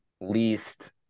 least –